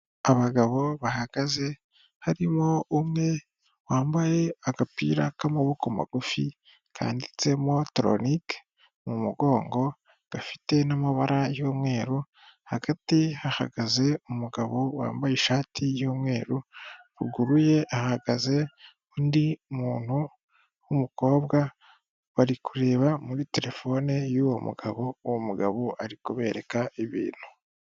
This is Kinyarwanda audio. Abagabo bahagaze harimo umwe wambaye agapira k'amaboko magufi kanditsemo tronike mu mugongo gafite n'amabara y'umweru, hagati hahagaze umugabo wambaye ishati y'umweru, ruguru ye hahagaze undi muntu w'umukobwa, bari kureba muri terefone y'uwo mugabo, uwo mugabo ari kubereka ibintu.